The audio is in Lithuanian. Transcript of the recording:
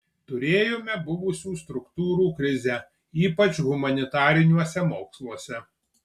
turėjome buvusių struktūrų krizę ypač humanitariniuose moksluose